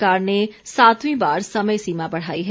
सरकार ने सातवीं बार समय सीमा बढ़ाई है